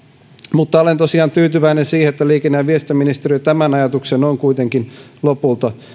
mutta olen tosiaan tyytyväinen siihen että liikenne ja viestintäministeriö tämän ajatuksen on kuitenkin lopulta